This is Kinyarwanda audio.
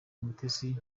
umutesi